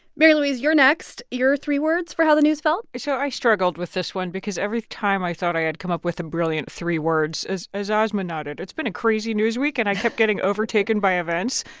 mary louise, you're next. your three words for how the news felt? so i struggled with this one because every time i thought i had come up with a brilliant three words, as as asma noted, it's been a crazy news week, and i kept getting overtaken by events.